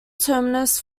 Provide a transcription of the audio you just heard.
terminus